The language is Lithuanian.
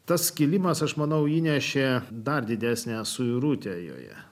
tas kėlimas aš manau įnešė dar didesnę suirutę joje